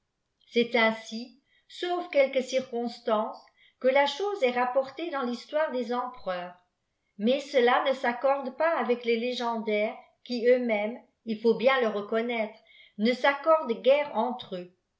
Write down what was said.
cest ainsi sauf quelques circonstances que la chose est rapportée dans vëîsioirè des empereurs mais cela ne s'accorde pas avec les légendaires qui eux-mêmes il faut bien le reconnaître ne s'accordent guère entre eux